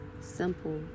Simple